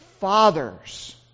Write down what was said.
fathers